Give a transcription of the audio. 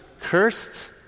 cursed